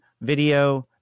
video